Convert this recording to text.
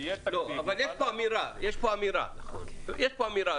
משרד התיירות, מתי זה אמור להגיע לכאן?